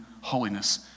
holiness